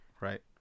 right